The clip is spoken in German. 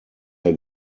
der